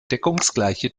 deckungsgleiche